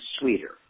sweeter